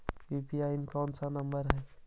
UPI कोन सा number हैं?